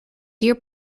deer